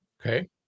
Okay